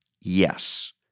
yes